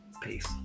Peace